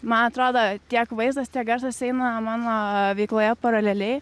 man atrodo tiek vaizdas tiek garsas eina mano veikloje paraleliai